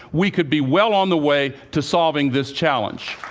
we could be well on the way to solving this challenge.